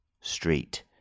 street